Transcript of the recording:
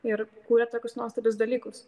ir kūrė tokius nuostabius dalykus